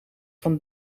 van